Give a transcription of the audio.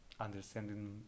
understanding